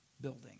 building